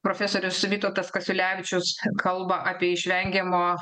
profesorius vytautas kasiulevičius kalba apie išvengiamo